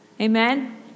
Amen